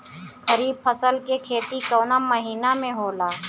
खरीफ फसल के खेती कवना महीना में होला?